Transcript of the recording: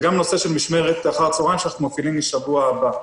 וגם נושא של משמרת אחר הצוהריים שאנחנו מפעילים משבוע הבא.